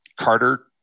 Carter